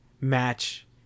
match